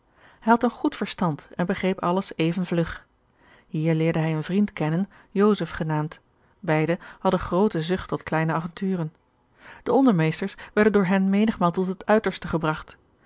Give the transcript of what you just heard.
hij had een goed verstand en begreep alles even vlug hier leerde hij een vriend kennen joseph genaamd beide hadden groote zucht tot kleine avonturen de ondermeesters werden door hen menigmaal tot het uiterste gebragt